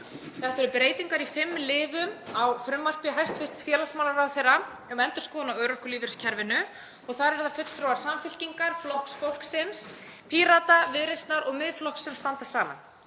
Þetta eru breytingar í fimm liðum á frumvarpi hæstv. félagsmálaráðherra um endurskoðun á örorkulífeyriskerfinu. Þar eru það fulltrúar Samfylkingar, Flokks fólksins, Pírata, Viðreisnar og Miðflokksins sem standa saman.